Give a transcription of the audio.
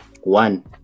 one